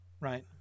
right